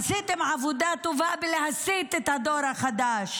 עשיתם עבודה טובה בלהסית את הדור החדש